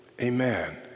amen